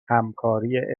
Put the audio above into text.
همکاری